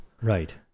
Right